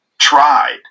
tried